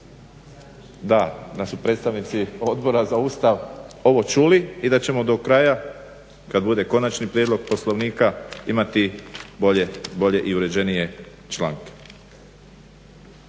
da su predstavnici Odbora za Ustav ovo čuli i da ćemo do kraja kada bude konačni prijedlog poslovnika imati bolje i uređenije članke.